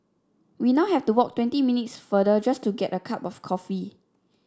we now have to walk twenty minutes farther just to get a cup of coffee